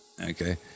okay